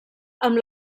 amb